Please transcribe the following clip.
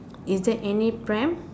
is there any pram